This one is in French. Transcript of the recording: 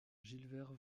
gilbert